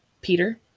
Peter